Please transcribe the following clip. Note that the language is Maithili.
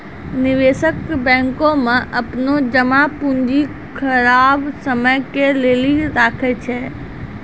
निवेशक बैंको मे अपनो जमा पूंजी खराब समय के लेली राखै छै